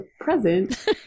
present